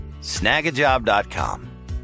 Snagajob.com